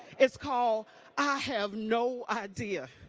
it's called i have no idea.